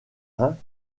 reins